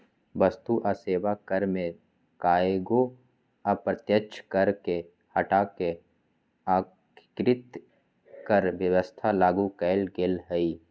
वस्तु आ सेवा कर में कयगो अप्रत्यक्ष कर के हटा कऽ एकीकृत कर व्यवस्था लागू कयल गेल हई